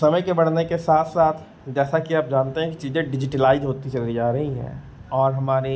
समय के बढ़ने के साथ साथ जैसा कि आप जानते हैं कि चीज़ें डिज़िटलाइज़ होती चली जा रही हैं और हमारे